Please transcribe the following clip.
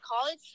college